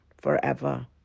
forever